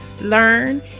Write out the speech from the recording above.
learn